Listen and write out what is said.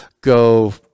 go